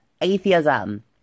atheism